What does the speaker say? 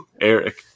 Eric